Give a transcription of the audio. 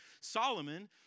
Solomon